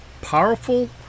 powerful